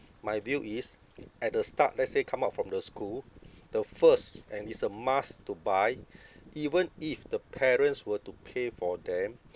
my view is at the start let's say come out from the school the first and it's a must to buy even if the parents were to pay for them